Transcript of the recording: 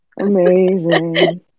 amazing